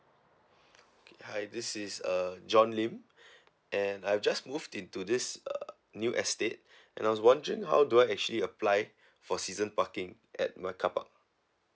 okay hi this is uh john lim and I've just moved into this uh new estate and I was wondering how do I actually apply for season parking at my carpark